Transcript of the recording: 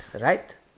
right